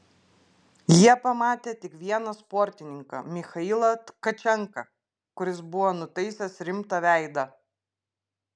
jie pamatė tik vieną sportininką michailą tkačenką kuris buvo nutaisęs rimtą veidą